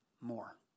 more